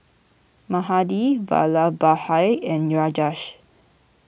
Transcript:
Mahade Vallabhbhai and Rajesh